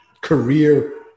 career